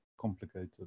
complicated